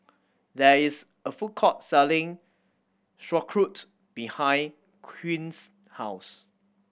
there is a food court selling Sauerkraut behind Quinn's house